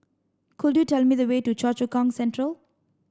could you tell me the way to Choa Chu Kang Central